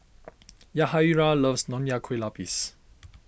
Yahaira loves Nonya Kueh Lapis